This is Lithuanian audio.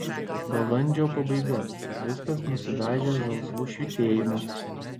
balandžio pabaiga viskas nusidažę žalsvu švytėjimu